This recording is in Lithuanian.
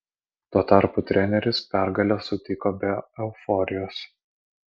tuo tarpu treneris pergalę sutiko be euforijos